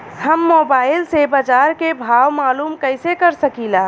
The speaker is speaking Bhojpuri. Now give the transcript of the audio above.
हम मोबाइल से बाजार के भाव मालूम कइसे कर सकीला?